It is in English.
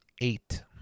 Eight